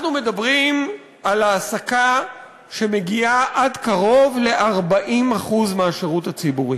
אנחנו מדברים על העסקה שמגיעה עד קרוב ל-40% מהשירות הציבורי.